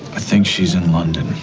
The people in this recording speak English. think she's in london